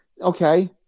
okay